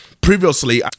Previously